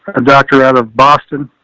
a dr out of boston,